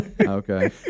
Okay